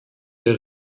der